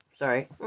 Sorry